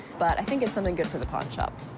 but i think it's something good for the pawnshop.